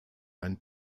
ein